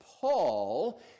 Paul